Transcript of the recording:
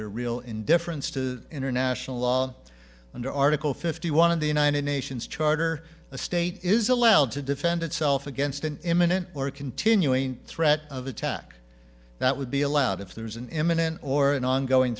their real indifference to international law under article fifty one of the united nations charter a state is allowed to defend itself against an imminent or continuing threat of attack that would be allowed if there was an imminent or an ongoing